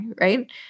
Right